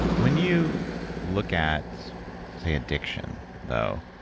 when you look at say addiction though,